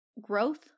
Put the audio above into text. growth